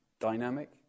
dynamic